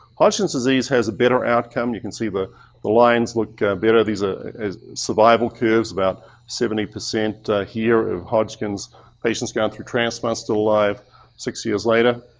hodgkin's disease has a better outcome. you can see the the lines look better. these survival curves about seventy percent here of hodgkin's patients gone through transplant, still alive six years later,